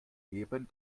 neben